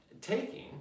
taking